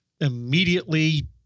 immediately